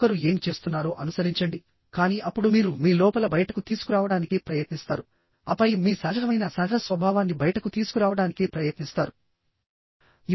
మరొకరు ఏమి చేస్తున్నారో అనుసరించండి కానీ అప్పుడు మీరు మీ లోపల బయటకు తీసుకురావడానికి ప్రయత్నిస్తారు ఆపై మీ సహజమైన సహజ స్వభావాన్ని బయటకు తీసుకురావడానికి ప్రయత్నిస్తారు